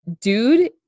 dude